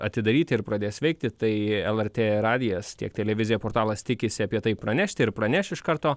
atidaryti ir pradės veikti tai lrt radijas tiek televizija portalas tikisi apie tai pranešti ir praneš iš karto